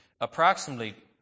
approximately